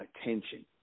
attention